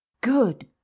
Good